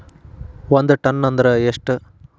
ಒಂದ್ ಟನ್ ಅಂದ್ರ ಎಷ್ಟ?